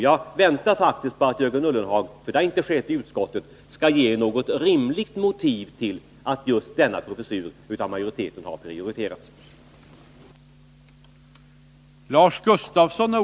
Jag väntar faktiskt på att Jörgen Ullenhag skall ge något rimligt motiv till att just denna professur har prioriterats av majoriteten. Detta har inte skett i utskottet.